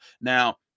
Now